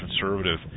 conservative